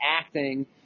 acting